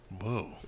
Whoa